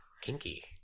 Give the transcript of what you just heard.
Kinky